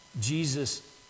Jesus